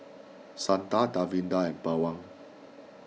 Santha Davinder and Pawan